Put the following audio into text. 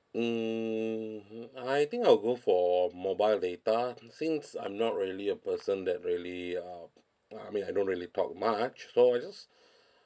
hmm I think I will go for mobile data since I'm not really a person that really uh uh I mean I don't really talk much so I just